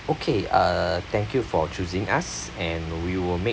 okay uh thank you for choosing us and we will make